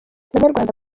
banyarwanda